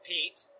Pete